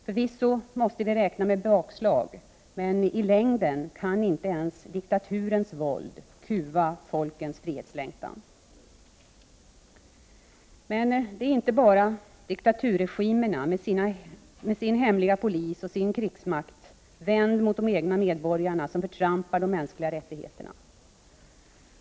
Förvisso måste vi räkna med bakslag — men i längden kan inte ens diktaturens våld kuva folkens frihetslängtan. Men det är inte bara diktaturregimerna med sin hemliga polis och sin krigsmakt, vänd mot de egna medborgarna, som förtrampar de mänskliga rättigheterna.